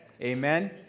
Amen